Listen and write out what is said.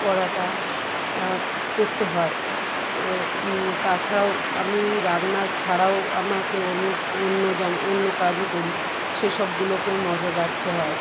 করাটা করতে হয় তা ছাড়াও আমি রান্না ছাড়াও আমাকে অন্য অন্য যেন অন্য কাজও করি সে সবগুলোকেও নজর রাখতে হয়